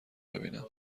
ببینم